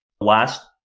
last